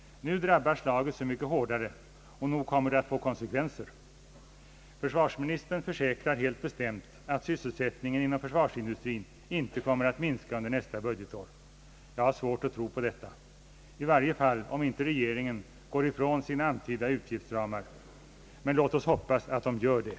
Nu drabbar slaget så mycket hårdare, och nog kommer det att få konsekvenser. Försvarsministern försäkrar helt bestämt att sysselsättningen inom försvarsindustrin inte kommer att minska under nästa budgetår. Jag har svårt att tro på detta, i varje fall om regeringen inte går ifrån sina antydda utgiftsramar. Men låt oss hoppas att den gör det!